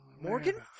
morgan